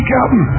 Captain